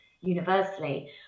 universally